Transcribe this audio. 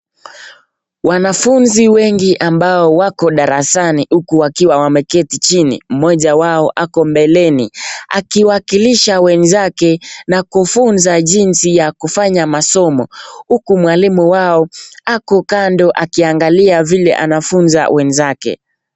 Wanafunzi wengi ambao wako darasani huku wakiwa wameketi chini. Mmoja wao ako mbeleni, akiwakilisha wenzake na kufunza jinsi ya kufanya masomo, huku mwalimu wao ako kando akiangalia vile anafunza wenzake.